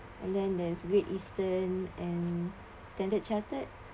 and then there's Great Eastern and um Standard Chartered